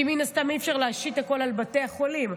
כי מן הסתם אי-אפשר להשית הכול על בתי החולים,